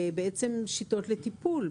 שיטות לטיפול.